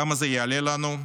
כמה זה יעלה לנו?